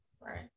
right